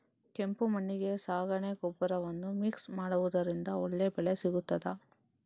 ಕೆಂಪು ಮಣ್ಣಿಗೆ ಸಗಣಿ ಗೊಬ್ಬರವನ್ನು ಮಿಕ್ಸ್ ಮಾಡುವುದರಿಂದ ಒಳ್ಳೆ ಬೆಳೆ ಸಿಗುತ್ತದಾ?